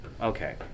Okay